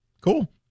cool